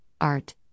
art